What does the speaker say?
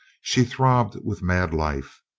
she throbbed with mad life.